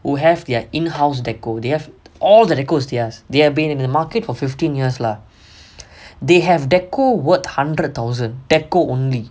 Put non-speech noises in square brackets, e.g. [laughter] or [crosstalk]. we have their in house decor they have all their decor they ask they have been in the market for fifteen years lah [breath] they have decor worth hundred thousand decor only